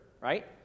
right